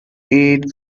eat